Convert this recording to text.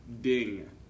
Ding